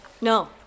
No